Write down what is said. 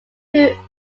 drew